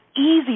easy